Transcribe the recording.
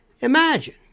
imagine